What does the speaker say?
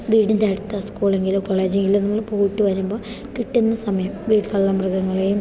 വീടിൻ്റെ അടുത്ത സ്കൂളെങ്കിലും കോളേജെങ്കിലും നമ്മൾ പോയിട്ട് വരുമ്പോൾ കിട്ടുന്ന സമയം വീട്ടിലുള്ള മൃഗങ്ങളെയും